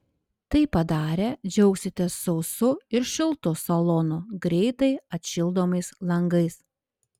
tai padarę džiaugsitės sausu ir šiltu salonu greitai atšildomais langais